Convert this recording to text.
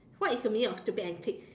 what is the meaning of stupid antics